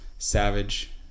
savage